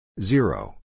Zero